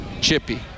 chippy